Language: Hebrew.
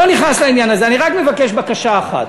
אני לא נכנס לעניין הזה, אני רק מבקש בקשה אחת.